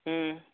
ହୁଁ